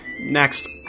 Next